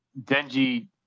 Denji